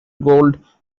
gold